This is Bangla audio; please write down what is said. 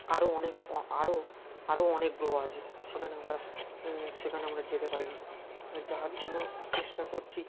আরও অনেক অ অ আরও আরও অনেক গ্রহ আছে সেখানে আমরা সেখানে আমরা যেতে পারি না যাওয়ার জন্য চেষ্টা করছি